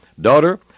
Daughter